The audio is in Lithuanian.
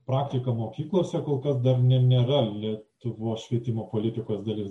praktika mokyklose kol kas dar ne nėra lietuvos švietimo politikos dalis